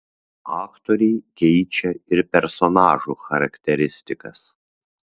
aktoriai keičia ir personažų charakteristikas